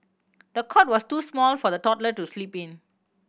the cot was too small for the toddler to sleep in